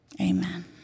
Amen